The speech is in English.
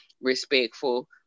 respectful